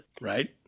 Right